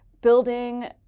building